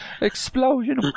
Explosion